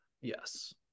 Yes